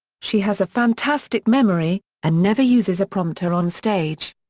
she has a fantastic memory, and never uses a prompter on stage.